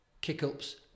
kick-ups